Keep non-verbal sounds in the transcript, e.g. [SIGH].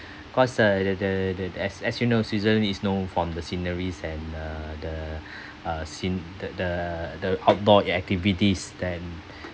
[BREATH] cause uh that the the as as you know switzerland is know from the sceneries and uh the [BREATH] uh scene the the the outdoor activities then [BREATH]